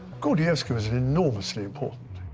gordievsky was enormously important.